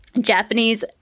Japanese